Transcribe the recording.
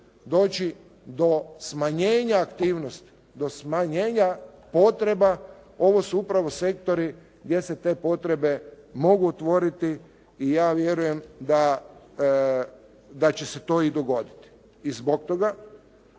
će u jednom sektoru doći do smanjenja potreba, ovo su upravo sektori gdje se te potrebe mogu otvoriti i ja vjerujem da će se to i dogoditi. I zbog toga